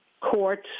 courts